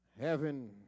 Heaven